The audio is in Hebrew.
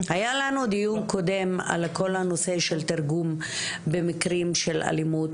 היה לנו דיון קודם על כל הנושא של תרגום במקרים של אלימות,